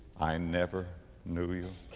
i never knew you.